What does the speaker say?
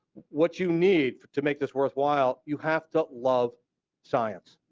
what you need to make this worthwhile, you have to love science,